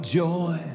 joy